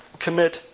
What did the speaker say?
commit